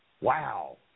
wow